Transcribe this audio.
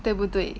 对不对